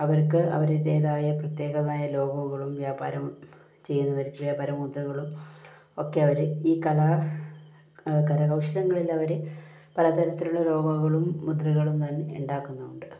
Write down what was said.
അവർക്ക് അവരുടേതായ പ്രത്യേകമായ ലോഗോകളും വ്യാപാരം ചെയ്തു വരുത്തിയ വ്യാപാര മുദ്രകളും ഒക്കെ അവർ ഈ കലാ കരകൗശലങ്ങളിൽ അവർ പല തരത്തിലുള്ള ലോഗോകളും മുദ്രകളും തന്നെ ഉണ്ടാക്കുന്നുണ്ട്